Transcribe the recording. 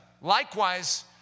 Likewise